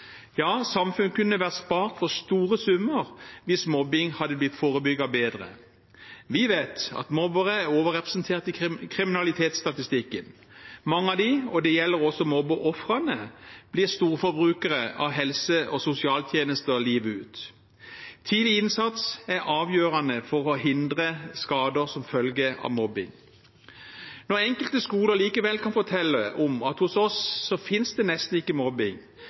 kunne vært spart for store summer hvis mobbing hadde blitt forebygget bedre. Vi vet at mobbere er overrepresentert i kriminalitetsstatistikken. Mange av dem, og det gjelder også mobbeofrene, blir storforbrukere av helse- og sosialtjenester livet ut. Tidlig innsats er avgjørende for å hindre skader som følge av mobbing. Når enkelte skoler likevel kan fortelle at det hos dem nesten ikke finnes mobbing, er det